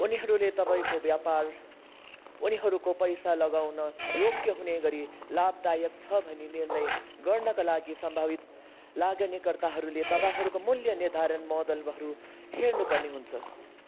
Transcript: उनीहरूले तपाईँको व्यापार उनीहरूको पैसा लगाउन योग्य हुने गरी लाभदायक छ भनी निर्णय गर्नाका लागि सम्भावित लगानी कर्ताहरूले तपाईँहरूको मूल्य निर्धारण मोडेलहरू हेर्नुपर्ने हुन्छ